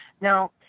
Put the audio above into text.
Now